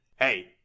Hey